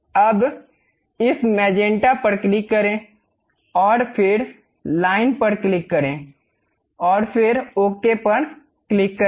अब इस मैजेंटा पर क्लिक करें और फिर लाइन पर क्लिक करें और फिर ओक पर क्लिक करें